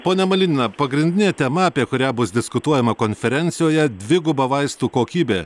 ponia malinina pagrindinė tema apie kurią bus diskutuojama konferencijoje dviguba vaistų kokybė